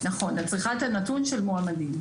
נכון, את צריכה את הנתון של מועמדים.